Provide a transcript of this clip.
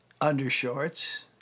undershorts